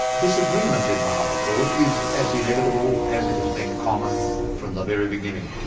disagreement in the high court is as inevitable as it has been common from the very beginning.